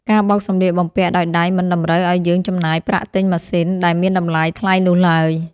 ការបោកសម្លៀកបំពាក់ដោយដៃមិនតម្រូវឱ្យយើងចំណាយប្រាក់ទិញម៉ាស៊ីនដែលមានតម្លៃថ្លៃនោះឡើយ។